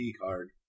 card